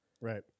Right